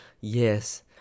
yes